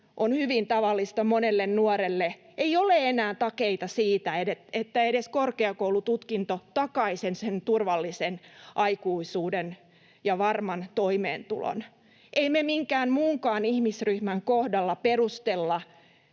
on hyvin tavallista monelle nuorelle, ei ole enää takeita siitä, että edes korkeakoulututkinto takaisi sen turvallisen aikuisuuden ja varman toimeentulon. Ei me minkään muunkaan ihmisryhmän kohdalla perustella,